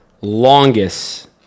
longest